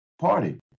Party